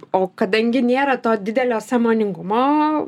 o kadangi nėra to didelio sąmoningumo